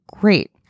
Great